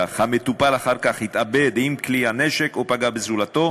והמטופל אחר כך התאבד עם כלי הנשק או פגע בזולתו?